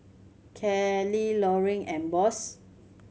Kelly Loring and Boss